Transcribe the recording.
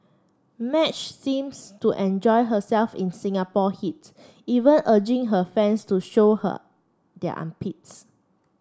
Madge seems to enjoy herself in Singapore heats even urging her fans to show her their armpits